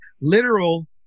literal